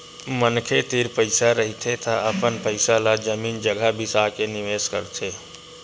मनखे तीर पइसा रहिथे त अपन पइसा ल जमीन जघा बिसा के निवेस करथे